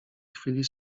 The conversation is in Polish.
chwili